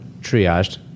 triaged